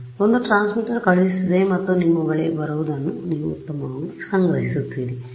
ಆದ್ದರಿಂದ ಒಂದು ಟ್ರಾನ್ಸ್ಮಿಟರ್ ಕಳುಹಿಸುತ್ತದೆ ಮತ್ತು ನಿಮ್ಮ ಬಳಿಗೆ ಬರುವದನ್ನು ನೀವು ಉತ್ತಮವಾಗಿ ಸಂಗ್ರಹಿಸುತ್ತೀರಿ